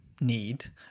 need